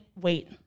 wait